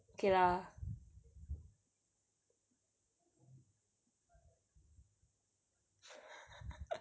okay lah